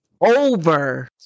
over